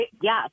Yes